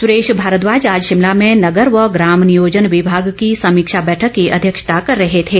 सुरेश भारद्वाज आज शिमला में नगर व ग्राम नियोजन विभाग की समीक्षा बैठक की अध्यक्षता कर रहे थे